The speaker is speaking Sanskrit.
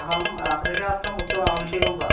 अहम् अर्थशास्त्रं पुस्तकम् आवश्यकं वा किम्